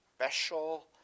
special